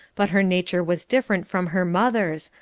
but her nature was different from her mother's,